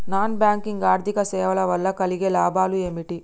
Non bank ఆర్థిక సేవల వల్ల కలిగే లాభాలు ఏమిటి?